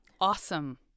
awesome